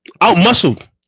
Out-muscled